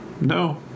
No